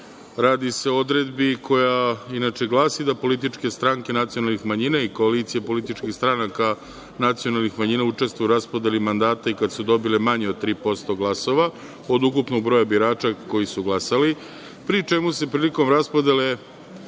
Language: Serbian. se o odredbi koja inače glasi da političke stranke nacionalnih manjina i koalicija političkih stranaka nacionalnih manjina učestvuju u raspodeli mandata i kada su dobile manje od 3% glasova, od ukupnog broja birača koji su glasali, pri čemu se prilikom raspodele